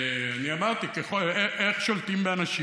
אני אמרתי, איך שולטים באנשים?